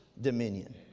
dominion